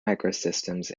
microsystems